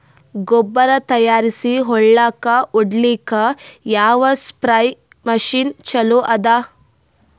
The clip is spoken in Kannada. ಗೊಬ್ಬರ ತಯಾರಿಸಿ ಹೊಳ್ಳಕ ಹೊಡೇಲ್ಲಿಕ ಯಾವ ಸ್ಪ್ರಯ್ ಮಷಿನ್ ಚಲೋ ಅದ?